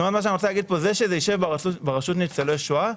אני רוצה לומר שאם זה ישב ברשות ניצולי שואה,